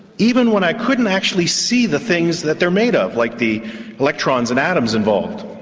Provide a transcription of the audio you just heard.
even when i couldn't actually see the things that they're made of, like the electrons and atoms involved.